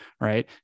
right